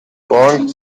بانک